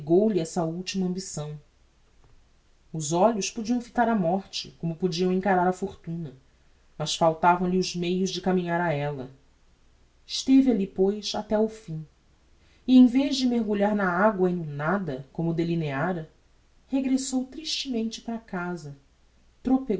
negou lhe essa ultima ambição os olhos podiam fitar a morte como podiam encarar a fortuna mas faltavam-lhe os meios de caminhar a ella esteve alli pois até o fim e em vez de mergulhar na agua e no nada como delineára regressou tristemente para casa